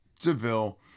Deville